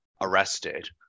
arrested